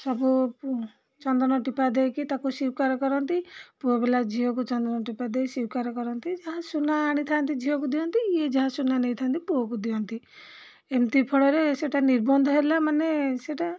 ସବୁ ଚନ୍ଦନ ଟିପା ଦେଇକି ତାକୁ ସ୍ୱୀକାର କରନ୍ତି ପୁଅ ପିଲା ଝିଅକୁ ଚନ୍ଦନ ଟିପା ଦେଇ ସ୍ୱୀକାର କରନ୍ତି ଯାହା ସୁନା ଆଣିଥାନ୍ତି ଝିଅକୁ ଦିଅନ୍ତି ଇଏ ଯାହା ସୁନା ନେଇଥାନ୍ତି ପୁଅକୁ ଦିଅନ୍ତି ଏମିତି ଫଳରେ ସେଟା ନିର୍ବନ୍ଧ ହେଲା ମାନେ ସେଟା